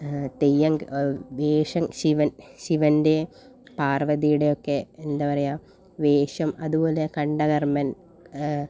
തെയ്യം വേഷം ശിവൻ ശിവൻ്റെ പാർവതിയുടെ ഒക്കെ എന്താ പറയാ വേഷം അതുപോലെ കണ്ഠാകർണൻ